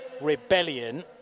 Rebellion